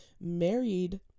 married